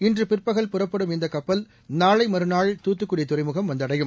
இன்று பிற்பகல் புறப்படும் இந்த கப்பல் நாளை மறுநாள் தூத்துக்குடி துறைமுகம் வந்தடையும்